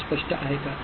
हे स्पष्ट आहे का